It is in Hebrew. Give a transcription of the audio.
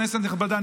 כנסת נכבדה,